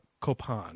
Copan